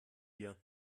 wir